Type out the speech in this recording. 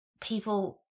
people